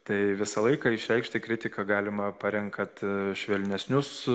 tai visą laiką išreikšti kritiką galima parenkat švelnesnius